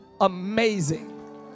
amazing